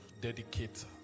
dedicate